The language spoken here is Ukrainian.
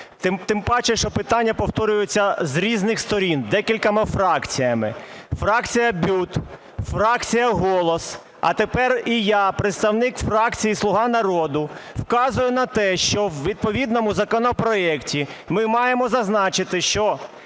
Тим паче, що питання повторюються з різних сторін декількома фракціями. Фракція БЮТ, фракція "Голос", а тепер і я, представник фракції "Слуга народу", вказую на те, що в відповідному законопроекті ми маємо зазначити, що